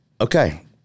Okay